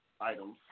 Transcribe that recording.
items